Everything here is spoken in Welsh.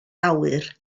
awyr